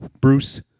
Bruce